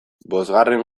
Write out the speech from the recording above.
bosgarren